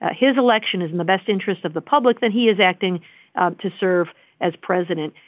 ah his election is in the best interest of the public that he is acting to serve as president.